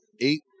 eight